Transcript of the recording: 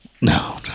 No